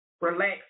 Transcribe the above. relax